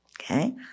Okay